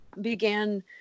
began